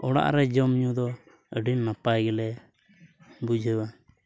ᱚᱲᱟᱜ ᱨᱮ ᱡᱚᱢᱼᱧᱩ ᱫᱚ ᱟᱹᱰᱤ ᱱᱟᱯᱟᱭ ᱜᱮᱞᱮ ᱵᱩᱡᱷᱟᱹᱣᱟ